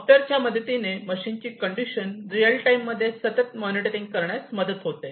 सॉफ्टवेअरच्या मदतीने मशीनची कंडिशन रिअल टाइम मध्ये सतत मॉनिटरिंग करण्यास मदत होते